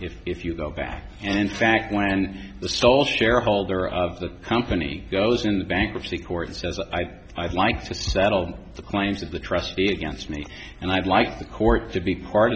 if if you go back and in fact when the sole shareholder of the company goes into bankruptcy court and says i i'd like to settle the claims of the trustee against me and i'd like the court to be part